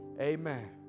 amen